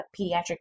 pediatric